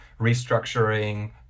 restructuring